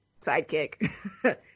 sidekick